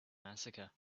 massacre